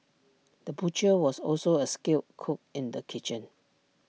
the butcher was also A skilled cook in the kitchen